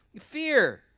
fear